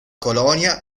colonia